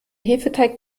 hefeteig